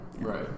Right